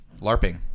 LARPing